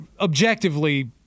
objectively